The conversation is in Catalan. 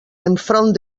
enfront